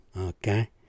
okay